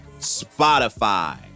Spotify